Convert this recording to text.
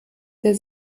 sehr